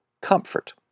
comfort